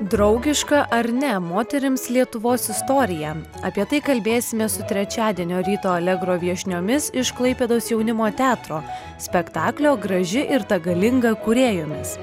draugiška ar ne moterims lietuvos istorija apie tai kalbėsime su trečiadienio ryto alegro viešniomis iš klaipėdos jaunimo teatro spektaklio graži ir ta galinga kūrėjomis